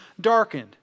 darkened